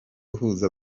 uhuza